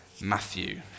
Matthew